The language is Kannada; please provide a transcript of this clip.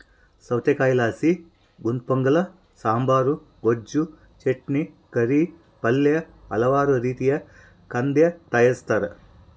ಸೌತೆಕಾಯಿಲಾಸಿ ಗುಂತಪೊಂಗಲ ಸಾಂಬಾರ್, ಗೊಜ್ಜು, ಚಟ್ನಿ, ಕರಿ, ಪಲ್ಯ ಹಲವಾರು ರೀತಿಯ ಖಾದ್ಯ ತಯಾರಿಸ್ತಾರ